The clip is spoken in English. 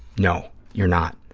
no, you're not.